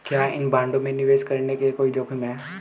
क्या इन बॉन्डों में निवेश करने में कोई जोखिम है?